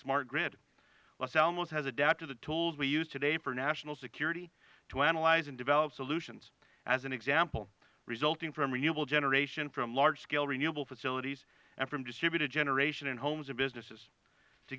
smart grid los alamos has adapted the tools we use today for national security to analyze and develop solutions as an example resulting from renewable generation from large scale renewable facilities and from distributed generation in homes or businesses to